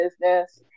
business